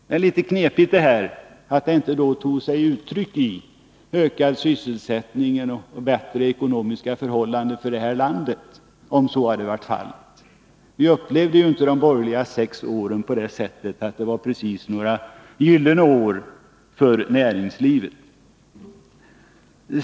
Det är då litet knepigt att förklara varför detta inte tog sig uttryck i ökad sysselsättning och bättre ekonomiska förhållanden i vårt land, om så hade varit fallet. Vi upplevde ju inte precis de sex borgerliga åren som några gyllene år för näringslivet.